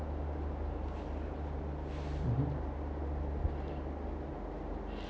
mmhmm